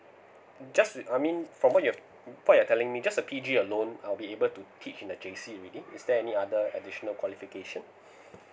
just with I mean from what you've what you're telling me just a P G alone I'll be able to teach in the J C already is there any other additional qualification